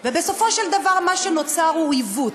בסופו של דבר, מה שנוצר הוא עיוות.